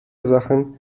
sachen